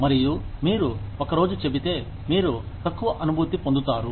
మరియు మీరు ఒక రోజు చెబితే మీరు తక్కువ అనుభూతి పొందుతారు